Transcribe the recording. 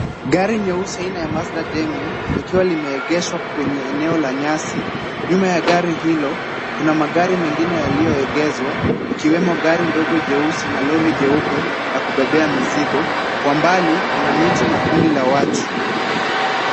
Gari nyeusi aina ya Mazda Demio, likiwa limeegeshwa kwenye eneo la nyasi. Nyuma ya gari hilo kuna magari mengine yaliyoegeshwa ikiwemo gari ndogo jeusi na lori jeupe la kubebea mizigo, kwa mbali kuna miti na kundi la watu.